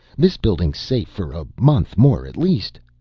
this building's safe for a month more at least.